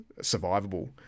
survivable